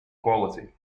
quality